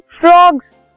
frogs